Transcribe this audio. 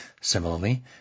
Similarly